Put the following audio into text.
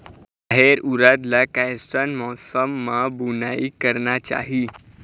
रहेर उरद ला कैसन मौसम मा बुनई करना चाही?